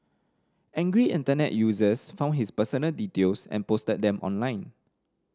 angry Internet users found his personal details and posted them online